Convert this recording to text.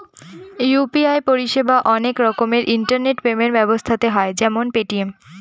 UPI পরিষেবা অনেক রকমের ইন্টারনেট পেমেন্ট ব্যবস্থাতে হয় যেমন পেটিএম